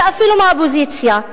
ואפילו מהאופוזיציה,